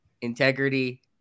integrity